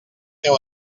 teu